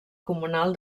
comunal